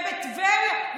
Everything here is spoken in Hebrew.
בטבריה,